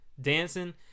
Dancing